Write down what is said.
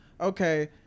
okay